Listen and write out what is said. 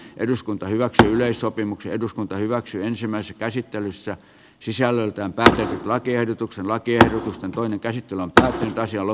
eduskunta hyväksyi yleissopimuksen eduskunta hyväksyy ensimmäistä käsittelyssä sisällöltään pääsee lakiehdotuksen lakiehdotusten toinen kehittyvä tähtäsi olo